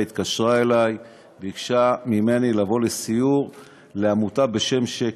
היא התקשרה אלי וביקשה ממני לבוא לסיור בעמותה בשם שק"ל.